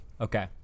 Okay